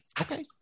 Okay